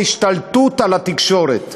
זה השתלטות על התקשורת,